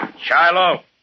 Shiloh